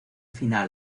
final